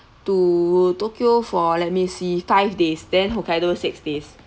to tokyo for let me see five days then hokkaido six days